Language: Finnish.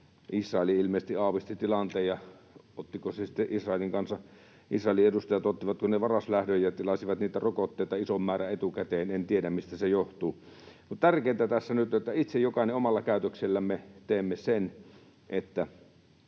Israel ilmeisesti aavisti tilanteen, ja ottivatko sitten Israelin kansa ja Israelin edustajat varaslähdön ja tilasivat niitä rokotteita ison määrän etukäteen, en tiedä, mistä se johtuu. Tärkeintä tässä nyt on, että itse jokainen omalla käytöksellämme teemme sen, että